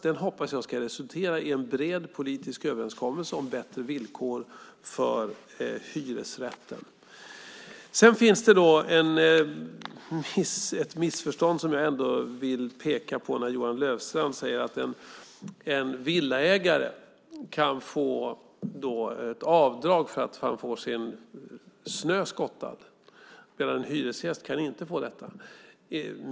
Den hoppas jag resulterar i en bred politisk överenskommelse om bättre villkor för hyresrätten. Men sedan finns det ett missförstånd som jag ändå vill peka på. Johan Löfstrand säger nämligen att en villaägare kan få göra avdrag för att få snön skottad, medan en hyresgäst inte kan få det.